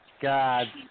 God